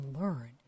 learn